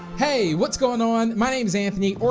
hey, what's going on? my name is anthony, or